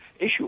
issue